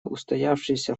устоявшиеся